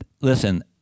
Listen